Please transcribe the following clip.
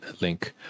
link